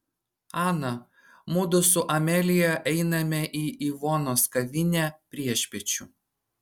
ana mudu su amelija einame į ivonos kavinę priešpiečių